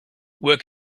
work